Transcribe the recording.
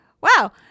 Wow